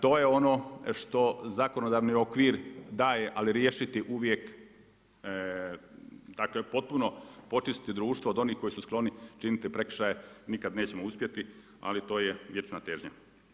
To je ono što zakonodavni okvir daje, ali riješiti uvijek, dakle potpuno očistiti društvo od onih koji su skloni činiti prekršaje, nikada nećemo uspjeti, ali to je vječna teza.